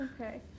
Okay